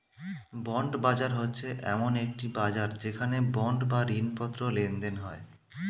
bond বাজার হচ্ছে এমন একটি বাজার যেখানে বন্ড বা ঋণপত্র লেনদেন হয়